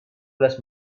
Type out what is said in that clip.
belas